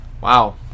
Wow